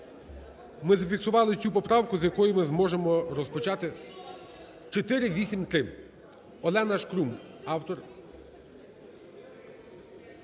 ми зафіксували цю поправку, з якої ми зможемо розпочати: 483, Олена Шкрум – автор.